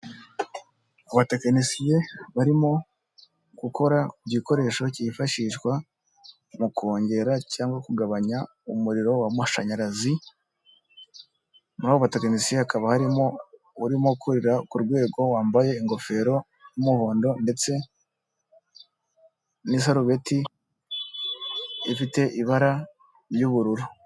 Abatekinisiye barimo gukora ku gikoresho cyifashishwa mu kongera cyangwa kugabanya umuriro w'amashanyarazi, muri abo batekinisiye hakaba harimo urimo kurira ku rwego, wambaye ingofero y'umuhondo, ndetse n'isarubeti ifite ibara ry'ubururu.